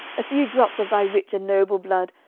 a few drops of thy rich and noble blood,